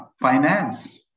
finance